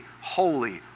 holy